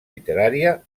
literària